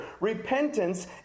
Repentance